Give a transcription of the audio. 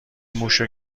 موش